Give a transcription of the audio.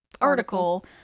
article